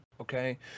Okay